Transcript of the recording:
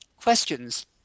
questions